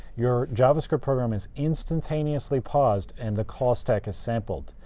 your javascript program is instantaneously paused, and the call stack is sampled.